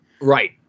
Right